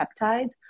peptides